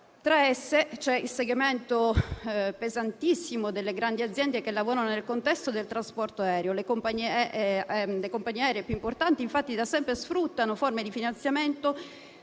Tra esse, c'è il segmento pesantissimo delle grandi aziende che lavorano nel contesto del trasporto aereo. Le compagnie più importanti, infatti, da sempre sfruttano forme di finanziamento